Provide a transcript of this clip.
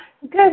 Good